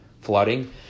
flooding